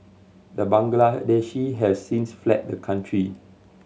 the Bangladeshi has since fled the country